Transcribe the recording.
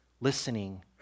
listening